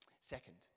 Second